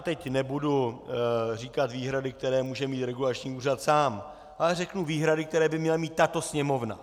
Teď nebudu říkat výhrady, které může mít regulační úřad sám, ale řeknu výhrady, které by měla mít tato Sněmovna.